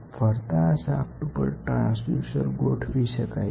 ફરતા શાફ્ટ ઉપર ટ્રાન્સડ્યુસર ગોઠવી શકાય છે